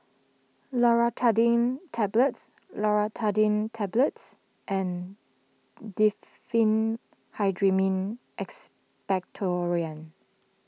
Loratadine Tablets Loratadine Tablets and Diphenhydramine Expectorant